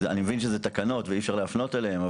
אני מבין שזה תקנות ואי אפשר להפנות אליהן,